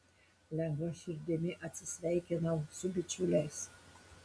lengva širdimi atsisveikinau su bičiuliais